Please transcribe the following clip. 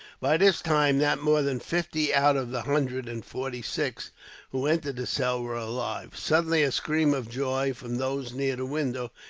by this time, not more than fifty out of the hundred and forty-six who entered the cell were alive. suddenly a scream of joy, from those near the window,